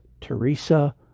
Teresa